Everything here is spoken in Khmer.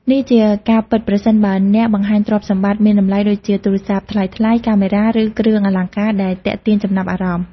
នេះជាការពិតប្រសិនបើអ្នកបង្ហាញទ្រព្យសម្បត្តិមានតម្លៃដូចជា ទូរស័ព្ទថ្លៃៗ កាមេរ៉ា ឬគ្រឿងអលង្ការដែលទាក់ទាញចំណាប់អារម្មណ៍។